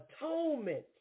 atonement